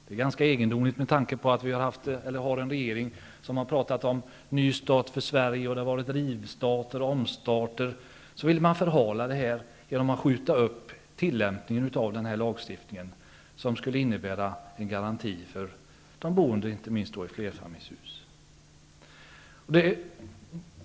Det är ganska egendomligt med tanke på att vi har en regering som har talat om ny start för Sverige. Det har varit rivstarter och omstarter. Man ville förhala detta genom att skjuta upp tillämpningen av lagstiftningen som skulle innebära en garanti för de boende, inte minst i flerfamiljshus.